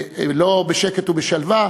לא בשקט ובשלווה,